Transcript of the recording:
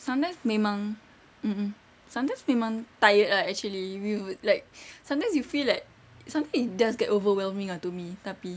sometimes memang mm mm sometimes memang tired ah actually we would like sometimes you feel like something it does get overwhelming to me tapi